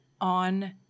on